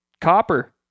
copper